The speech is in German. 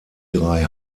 drei